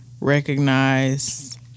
Recognize